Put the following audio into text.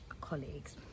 colleagues